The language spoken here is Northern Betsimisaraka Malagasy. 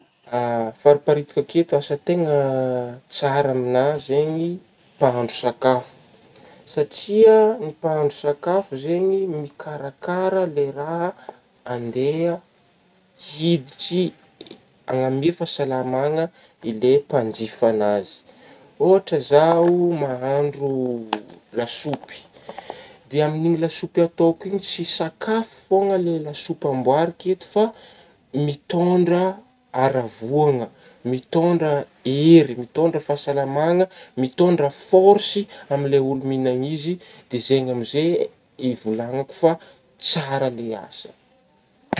Fariparitako eky asa tegna tsara amin'gna zegny mpahandro sakafo satria ny mpahadro sakafo zegny mikaraka ilay raha andeha hiditry hanome fahasalamagna ilay mpanjifa an'azy ,ohatra izaho mahandro lasopy dia amin'igny lasopy ataoko igny tsy sakafo fô lay lasopy amboariko eto fa mitôndra haravoagna mitôndra hery mitôndra fahasalamagna mitôndra fôrsy amin'ilay olo mihigna izy dia zegny amin'izegny ivolagnako fa tsara ilay asa.